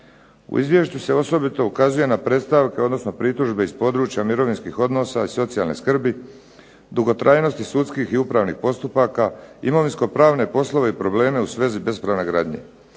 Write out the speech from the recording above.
U izvješću se osobito ukazuje na predstavke, odnosno pritužbe iz područja mirovinskih odnosa i socijalne skrbi, dugotrajnosti sudskih i upravnih postupaka, imovinsko-pravne poslove i probleme u svezi bespravne gradnje.